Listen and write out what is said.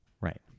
Right